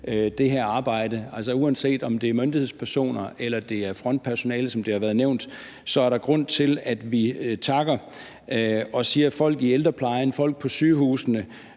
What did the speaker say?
det her arbejde. Altså, uanset om det er myndighedspersoner, eller om det er frontpersonale, som har været nævnt, så er der grund til, at vi takker og siger, at folk i ældreplejen, folk på sygehusene,